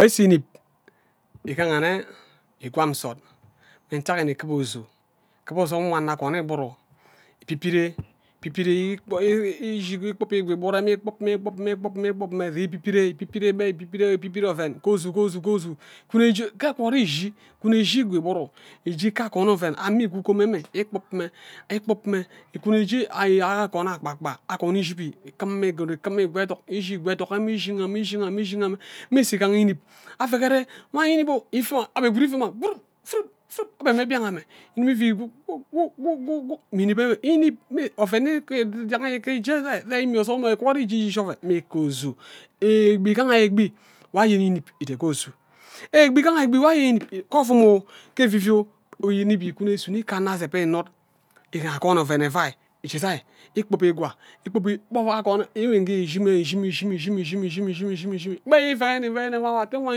Oven isu inib igaha nne ikwam nsod mme ntage nne ikiba osu ikiba ozem nwo anno agwon igburu ibibire ibibire ikpub ikwi igburu awen ikpub mme ikpub mme ikpub ikpub mme ikpub mme ibibire ibibire oven ko. Ozu ghe ozu ghe ozu ifune jeed ghe egwud ishi ikuno ishi ikwi igburu ije ka akwon oven ama ikwa ugom ame ikpub mme ikpub mme ikuno ishi akwon akpa kpa akwon izhibi ikum mme gwud ikum ikwa ethok ishi ikwa ethok ishiga mme ishiga mme isu igaha inib avusere wan inib amme ife mma abhe mme mbian amme ghu inib ewe oven ja ghe kimme ijee ire immie ozom egwud ike ishi oven mme ke ozu egbi igaha egbi nwo ayen inib ire ghee ozu egbi igaha nwo anyen inib ghe ovun evivie inib ire isuno ka anno azebi inud akwon oven evai ije gai ikpub ikwa ikpub gba nwo akwon ewe mme ishi mme ishimme ishimme ishimme ishi mme ishi mme ishimme gba ivene ivene mma awo atte wan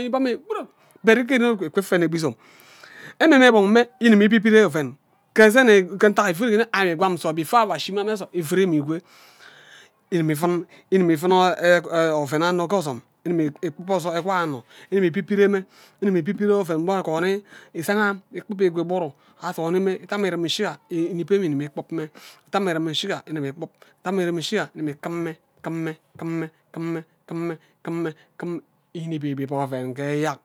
inib ammu but ikwi inod gba ikwi ifene gba izam amme mme gbon mme idim ibibire oven esene ke ntak ivugi nne amme ikwam nsod before awo ashi amme ghe nsod iviro mme ikwie inimi ivun inimi wun nne oven anno ghe ozom igimi ikpub ekwai anno inimi ibibire mme inimi ibibire inimi ibibire oven nwo akwoni izanga ikpub ikwa igbura aforno mme ita ame irem ishiga inib enwe inimi ikpub mme ita ami irimi shiga inib ikpub inimi ikumme ikumme kumme kumme kumme kumme kumme inib ibib oven ghe eyak.